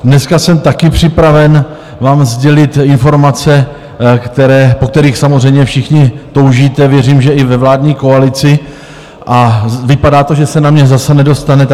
Dneska jsem taky připraven vám sdělit informace, po kterých samozřejmě všichni toužíte, věřím, že i ve vládní koalici, a vypadá to, že se na mě zase nedostane.